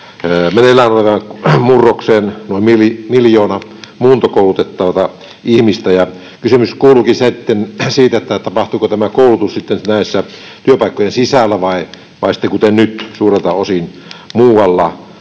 meneillään olevaan murrokseen noin miljoona muuntokoulutettavaa ihmistä. Kysymys kuuluukin, tapahtuuko tämä koulutus sitten näiden työpaikkojen sisällä vai kuten nyt, suurelta osin muualla,